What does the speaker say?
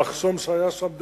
המחסום שהיה שם,